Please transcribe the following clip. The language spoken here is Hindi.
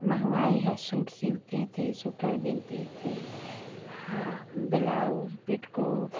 महंगाई है शूट सिलते थे सुटर बीनते थे हाँ ब्लाउज पेटीकोट